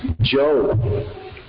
Joe